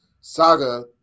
saga